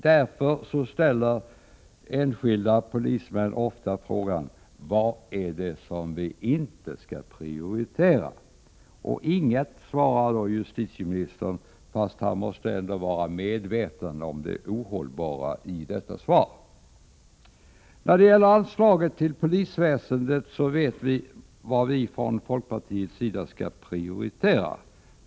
Därför ställer enskilda polismän ofta frågan: Vad är det som vi inte skall prioritera? Inget, svarar justitieministern, fast han måste vara medveten om det ohållbara i detta svar. När det gäller anslaget till polisväsendet vet vi från folkpartiets sida vad vi skall prioritera.